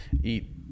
eat